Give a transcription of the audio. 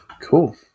Cool